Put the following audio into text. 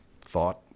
thought